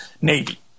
Navy